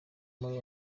muri